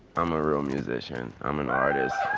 i'm a real musician. i'm an artist,